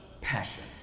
passion